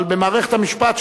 אבל במערכת המשפט,